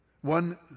One